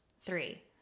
Three